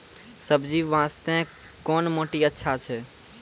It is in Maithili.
सब्जी बास्ते कोन माटी अचछा छै?